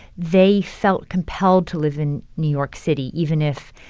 they felt compelled to live in new york city even if,